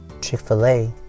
Chick-fil-A